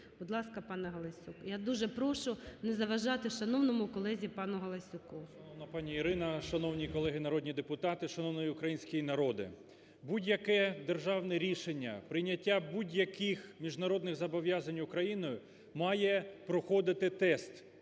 Будь ласка, пане Галасюк. Я дуже прошу не заважати шановному колезі пану Галасюку. 13:02:31 ГАЛАСЮК В.В. Шановна пані Ірина, шановні колеги народні депутати, шановний український народе! Будь-яке державне рішення прийняття будь-яких міжнародних зобов'язань Україною має проходити тест,